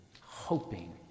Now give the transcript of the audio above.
hoping